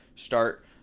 start